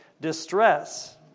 distress